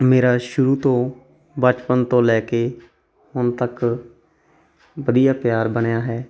ਮੇਰਾ ਸ਼ੁਰੂ ਤੋਂ ਬਚਪਨ ਤੋਂ ਲੈ ਕੇ ਹੁਣ ਤੱਕ ਵਧੀਆ ਪਿਆਰ ਬਣਿਆ ਹੈ